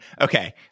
Okay